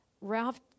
Ralph